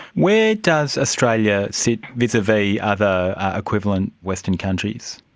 where does australia sit vis-a-vis other equivalent western countries?